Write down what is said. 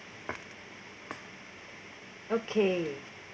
okay